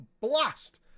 blast